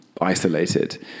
isolated